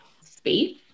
space